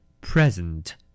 Present